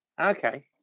Okay